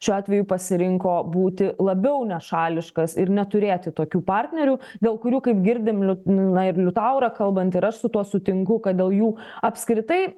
šiuo atveju pasirinko būti labiau nešališkas ir neturėti tokių partnerių dėl kurių kaip girdim liu na ir liutaurą kalbant ir aš su tuo sutinku kad dėl jų apskritai